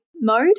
mode